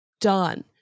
done